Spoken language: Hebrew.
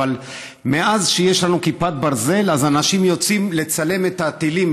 אבל מאז שיש לנו כיפת ברזל אנשים יוצאים לצלם את הטילים,